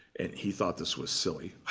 and he thought this was silly.